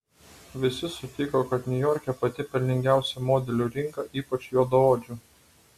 visi sutiko kad niujorke pati pelningiausia modelių rinka ypač juodaodžių